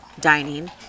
dining